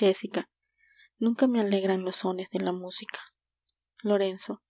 jéssica nunca me alegran los sones de la música lorenzo